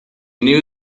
knew